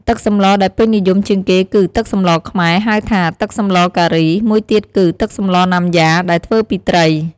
ទឹកសម្លដែលពេញនិយមជាងគេគឺ ទឹកសម្លខ្មែរ ហៅថាទឹកសម្លការី មួយទៀតគឺ ទឹកសម្លណាំយ៉ា ដែលធ្វើពីត្រី។